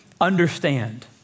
understand